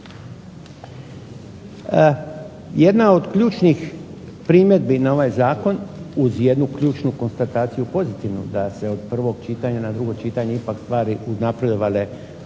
Jedna od ključnih primjedbi na ovaj zakon, uz jednu ključnu konstataciju pozitivnu, da se od prvog čitanja na drugo čitanje ipak stvari uznapredovale